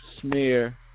Smear